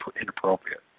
inappropriate